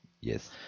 Yes